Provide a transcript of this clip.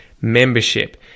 membership